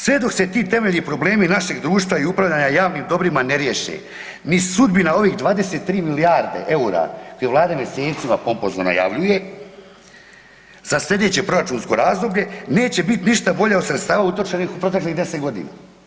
Sve dok se ti temeljni problemi našeg društva i upravljanja javnim dobrima ne riješe ni sudbina ovih 23 milijarde EUR-a koje Vlada mjesecima pompozno najavljuje za slijedeće proračunsko razdoblje neće biti ništa bolja od sredstava utrošenih u proteklih 10 godina.